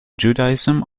judaism